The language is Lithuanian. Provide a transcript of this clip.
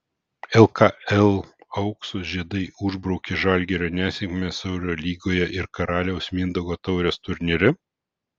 lkl aukso žiedai užbraukė žalgirio nesėkmes eurolygoje ir karaliaus mindaugo taurės turnyre